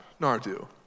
Nardu